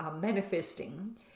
manifesting